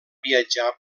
viatjar